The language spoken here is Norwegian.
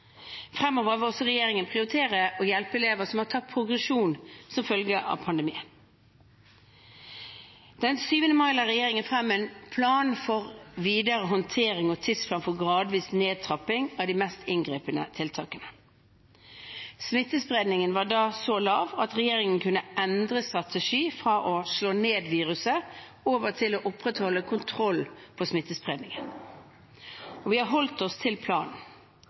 Fremover vil også regjeringen prioritere å hjelpe elever som har tapt progresjon som følge av pandemien. Den 7. mai la regjeringen frem en plan for videre håndtering og en tidsplan for gradvis nedtrapping av de mest inngripende tiltakene. Smittespredningen var da så lav at regjeringen kunne endre strategi fra å slå ned viruset til å opprettholde kontroll på smittespredningen. Vi har holdt oss til